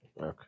Okay